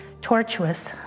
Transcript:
tortuous